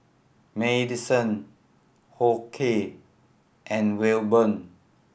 Madyson Hoke and Wilburn